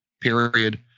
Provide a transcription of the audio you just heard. period